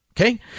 okay